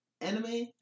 Anime